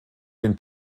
den